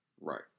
Right